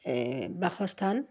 বাসস্থান